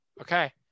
Okay